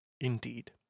Indeed